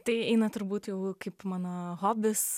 tai eina turbūt jau kaip mano hobis